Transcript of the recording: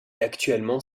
actuellement